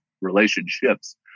relationships